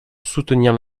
soutenir